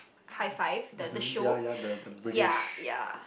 high five the the show ya ya